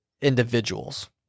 individuals